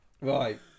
Right